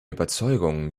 überzeugung